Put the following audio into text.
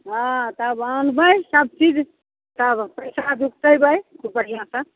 हँ तब आनबै सब चीज तब पैसा जुटैबे खूब बढिऑंसॅं